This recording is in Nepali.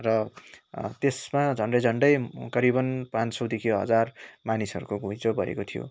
र त्यसमा झन्डै झन्डै करिबन पाँच सौदेखि हजार मानिसहरूको घुँइचो भएको थियो